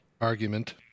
Argument